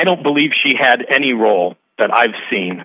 don't believe she had any role that i've seen